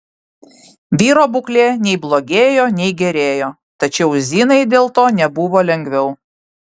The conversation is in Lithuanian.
vyro būklė nei blogėjo nei gerėjo tačiau zinai dėl to nebuvo lengviau